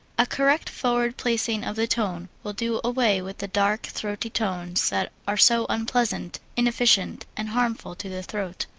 a correct forward-placing of the tone will do away with the dark, throaty tones that are so unpleasant, inefficient, and harmful to the throat.